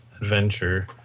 adventure